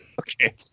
Okay